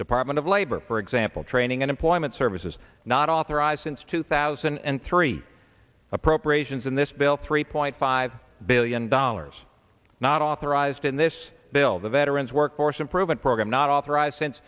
department of labor for example training and employment services not authorized since two thousand and three appropriations in this bill three point five billion dollars not authorized in this bill the veterans workforce improvement program not authorized since